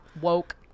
Woke